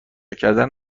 کردن